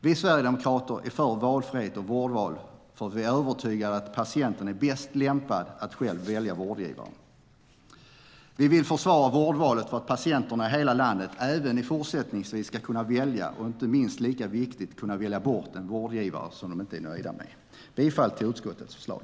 Vi sverigedemokrater är för valfrihet och vårdval, för vi är övertygade om att varje patient är bäst lämpad att själv välja vårdgivare. Vi vill försvara vårdvalet för att patienter i hela landet även i fortsättningen ska kunna välja och, inte mindre viktigt, välja bort en vårdgivare som de inte är nöjda med. Jag yrkar bifall till utskottets förslag.